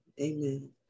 amen